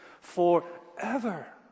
forever